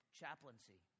chaplaincy